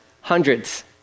Hundreds